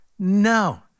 No